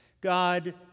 God